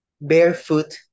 Barefoot